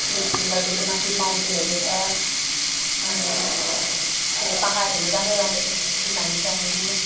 lace रिभरको त्यो माथि माउन्टेनहरू छ अनि यो पहाडहरू राम्रो राम्रो देखिन्छौँ हामी त्यहाँनेरि